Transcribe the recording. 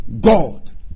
God